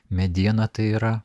mediena tai yra